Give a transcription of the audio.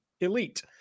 Elite